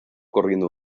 corriendo